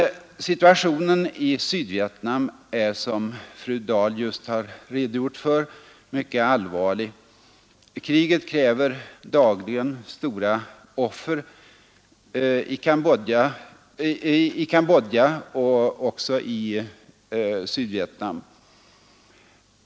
Situationen i Sydvietnam är mycket allvarlig, som fru Dahl nyss har redogjort för. Kriget kräver dagligen stora offer i Cambodja och även i Sydvietnam.